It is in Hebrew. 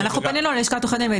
עשיתי אתמול סבב במחוזות הרלוונטיים.